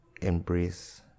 embrace